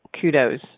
kudos